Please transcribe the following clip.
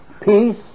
peace